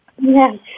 Yes